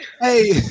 Hey